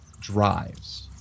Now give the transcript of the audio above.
drives